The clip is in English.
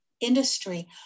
industry